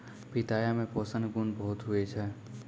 पिताया मे पोषण गुण बहुते हुवै छै